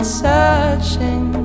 searching